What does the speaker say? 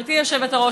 גברתי היושבת-ראש,